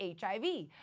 HIV